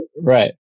right